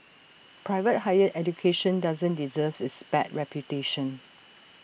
private higher education doesn't deserve its bad reputation